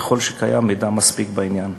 ככל שקיים מידע מספיק בעניין.